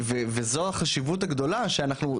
ואת דיברת על החשיבות של ההסללה,